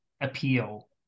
appeal